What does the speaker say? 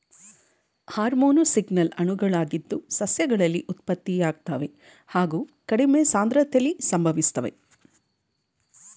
hormone signal ಅಣುಗಳಾಗಿದ್ದು ಸಸ್ಯಗಳಲ್ಲಿ ಉತ್ಪತ್ತಿಯಾಗ್ತವೆ ಹಾಗು ಕಡಿಮೆ ಸಾಂದ್ರತೆಲಿ ಸಂಭವಿಸ್ತವೆ